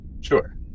sure